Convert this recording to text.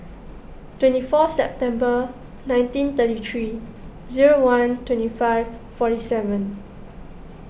twenty four September nineteen thirty three zero one twenty five forty seven